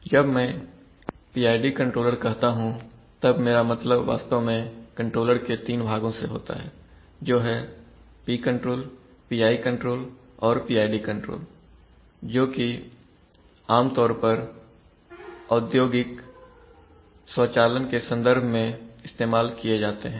जब मैं PID controller कहता हूं तब मेरा मतलब वास्तव में कंट्रोलर के तीन भागों से होता है जो हैं P कंट्रोल PI कंट्रोल और PID कंट्रोल जोकि आमतौर पर औद्योगिक स्वचालन के संदर्भ में इस्तेमाल किए जाते हैं